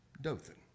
Dothan